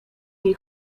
tej